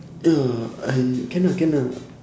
ya I can ah can ah